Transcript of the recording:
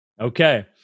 Okay